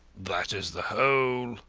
that is the whole,